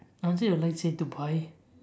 until you would like it to buy